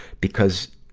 because,